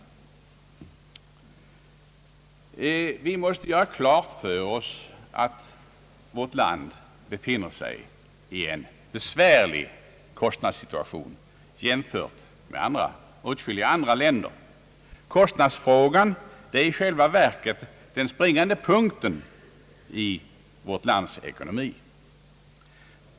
Vi måste göra klart för oss att vårt land befinner sig i en besvärlig kostnadssituation i jämförelse med åtskilliga andra länder. Kostnadsfrågan är i själva verket den springande punkten i vårt lands ekonomi.